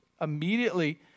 immediately